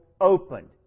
opened